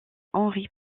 henry